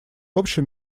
общем